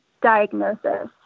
diagnosis